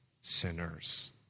sinners